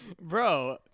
bro